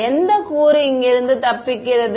எந்த கூறு இங்கிருந்து தப்பிக்கிறது